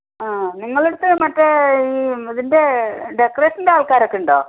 ആ നിങ്ങളുടെ അടുത്ത് മറ്റേ ഈ ഇതിൻ്റ ഡെക്കറേഷൻ്റ ആൾക്കാരൊക്കെ ഉണ്ടോ